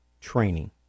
training